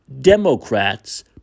Democrats